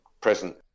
present